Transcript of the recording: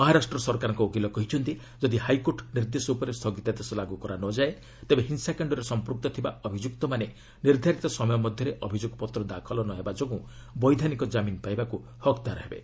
ମହାରାଷ୍ଟ୍ର ସରକାରଙ୍କ ଓକିଲ କହିଛନ୍ତି ଯଦି ହାଇକୋର୍ଟ ନିର୍ଦ୍ଦେଶ ଉପରେ ସ୍ଥଗିତାଦେଶ ଲାଗୁ କରା ନ ଯାଏ ତେବେ ହିଂସାକାଣ୍ଡରେ ସମ୍ପୁକ୍ତ ଥିବା ଅଭିଯୁକ୍ତମାନେ ନିର୍ଦ୍ଧାରିତ ସମୟ ମଧ୍ୟରେ ଅଭିଯୋଗ ପତ୍ର ଦାଖଲ ନ ହେବା ଯୋଗୁଁ ବୈଧାନିକ କାମିନ୍ ପାଇବାକୁ ହକ୍ଦାର ହେବେ